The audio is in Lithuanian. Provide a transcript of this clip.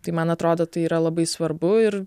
tai man atrodo tai yra labai svarbu ir